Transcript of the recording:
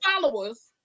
followers